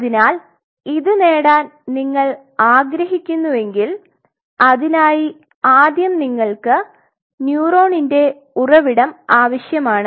അതിനാൽ ഇത് നേടാൻ നിങ്ങൾ ആഗ്രഹിക്കുന്നുവെങ്കിൽ അതിനായി ആദ്യം നിങ്ങൾക്ക് ന്യൂറോണിന്റെ ഉറവിടം ആവശ്യമാണ്